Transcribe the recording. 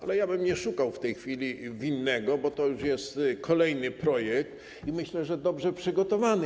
Ale nie szukałbym w tej chwili winnego, bo to już jest kolejny projekt, myślę, że dobrze przygotowany.